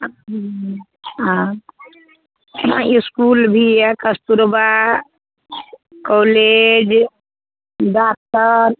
हँ इसकुल भी अइ कस्तुरबा कॉलेज डाक्टर